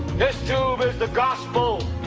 this tube is the gospel,